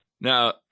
Now